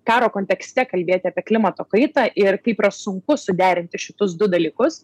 karo kontekste kalbėti apie klimato kaitą ir kaip yra sunku suderinti šitus du dalykus